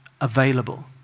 available